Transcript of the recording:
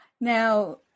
Now